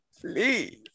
please